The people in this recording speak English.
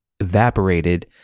evaporated